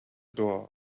door